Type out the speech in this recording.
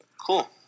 Cool